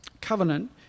covenant